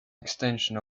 extension